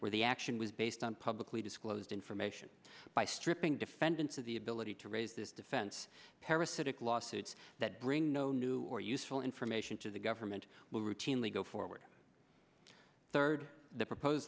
where the action was based on publicly disclosed information by stripping defendants of the ability to raise this defense parasitic lawsuits that bring no new or useful information to the government will routinely go forward third the proposed